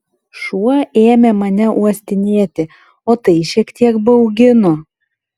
šuo ėmė mane uostinėti o tai šiek tiek baugino